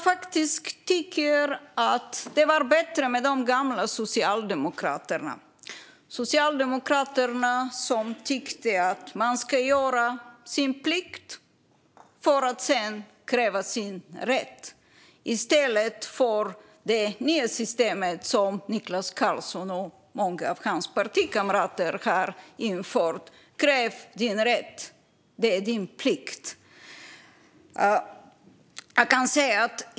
Jag tycker att det var bättre med de gamla Socialdemokraterna, som tyckte att man ska göra sin plikt för att sedan kräva sin rätt, i stället för det nya system som Niklas Karlsson och många av hans partikamrater har infört: Kräv din rätt - det är din plikt.